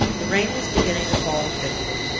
the rain was beginning to fall thickly.